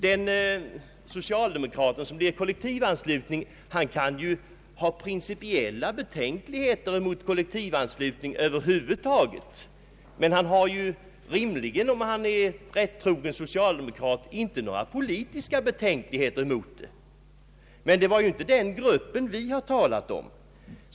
Den socialdemokrat som blir kollektivansluten kan ju ha principiella betänkligheter emot kollektivanslutning över huvud taget, men han har rimligen — om han är rättrogen socialdemokrat — inte några politiska betänkligheter emot en sådan. Det var emellertid inte den gruppen, som vi har talat om.